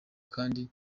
kandi